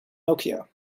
nokia